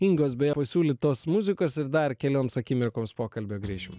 ingos beje pasiūlytos muzikos ir dar kelioms akimirkoms pokalbio grįšime